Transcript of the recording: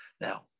Now